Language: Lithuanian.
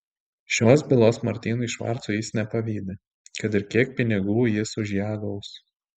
šios bylos martinui švarcui jis nepavydi kad ir kiek pinigų jis už ją gaus